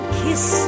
kiss